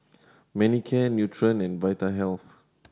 Manicare Nutren and Vitahealth